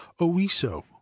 oiso